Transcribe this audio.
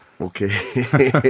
okay